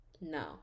no